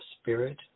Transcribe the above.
Spirit